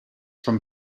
from